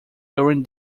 during